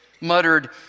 muttered